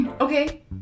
okay